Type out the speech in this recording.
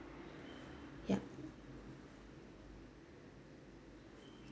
yup